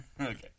Okay